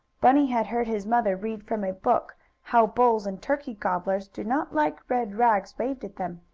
bunny had heard his mother read from a book how bulls and turkey gobblers do not like red rags waved at them,